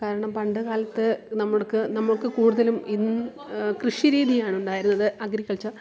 കാരണം പണ്ട് കാലത്ത് നമുക്ക് നമുക്ക് കൂടുതലും ഇൻ കൃഷി രീതിയാണ് ഉണ്ടായിരുന്നത് അഗ്രികൾച്ചർ